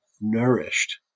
nourished